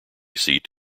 seat